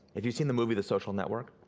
if you've seen the movie the social network,